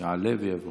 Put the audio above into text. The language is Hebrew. יעלה ויבוא.